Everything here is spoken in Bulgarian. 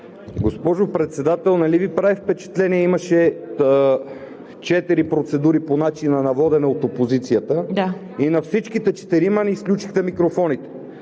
Госпожо Председател, нали Ви прави впечатление, че имаше четири процедури по начина на водене от опозицията и на четиримата ни изключихте микрофоните?